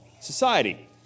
society